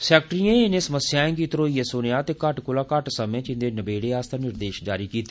सैक्रेट्रेरियें इनें समस्याएं गी धरोइयैं सुनेया ते घट्ट शा घट्ट समें च इन्दे नबेड़े आस्तै निर्देश जारी कीते